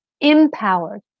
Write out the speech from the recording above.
empowered